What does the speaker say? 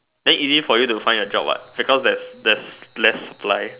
very easy for you to find a job what because there's less flies